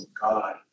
God